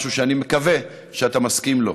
משהו שאני מקווה שאתה מסכים לו: